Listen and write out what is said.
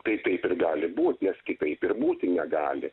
tai taip ir gali būt nes kitaip ir būti negali